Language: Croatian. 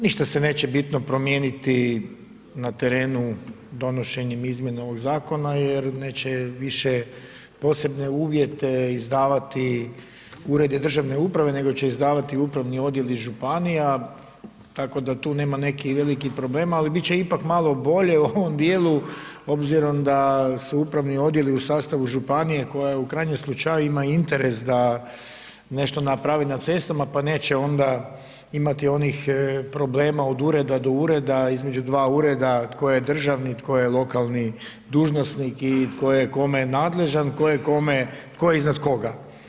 Ništa se neće bitno promijeniti na terenu donošenjem izmjeni ovog zakona jer neće više posebne uvjete izdavati uredi državne uprave nego će izdavati upravni odjeli županija tako da tu nema nekih velikih problema ali bit će ipak malo bolje u ovom djelu obzirom da su upravni odjeli u sastavu županije koja u krajnjem slučaju ma interes da nešto napravi na cestama pa neće onda imati onih problema od ureda do ureda, između ureda tko je je državni, tko je lokalni dužnosnik i tko je kome nadležan, tko je iznad koga.